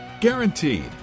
Guaranteed